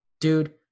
Dude